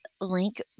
link